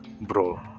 bro